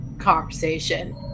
conversation